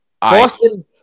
Boston